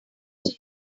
will